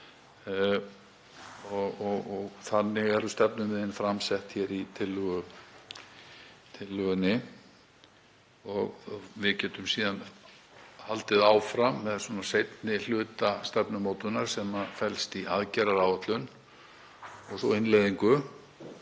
þannig eru stefnumiðin sett fram í tillögunni. Við getum síðan haldið áfram með seinni hluta stefnumótunarinnar sem felst í aðgerðaáætlun og svo innleiðingu